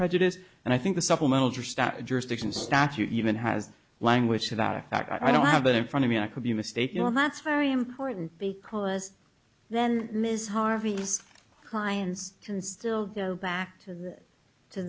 prejudice and i think the supplemental jurisdiction statute even has language to that effect i don't have it in front of me i could be mistaken or matz very important because then ms harvey's clients can still go back to